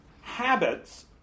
habits